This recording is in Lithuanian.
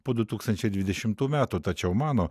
po du tūkstančiai dvidešimtų metų tačiau mano